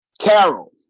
Carol